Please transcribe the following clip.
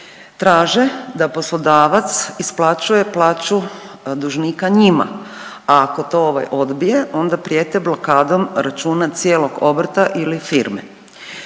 traže da poslodavac isplaćuje plaću dužnika njima, a ako to ovaj odbije onda prijete blokadom računa cijelog obrta ili firme.